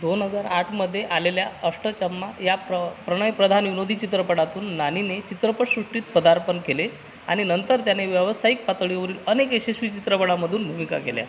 दोन हजार आठमधे आलेल्या अष्टचम्मा या प्र प्रणयप्रधान विनोदी चित्रपटातून नानीने चित्रपटसृष्टीत पदार्पण केले आणि नंतर त्याने व्यवसायिक पातळीवरील अनेक यशस्वी चित्रपटामधून भूमिका केल्या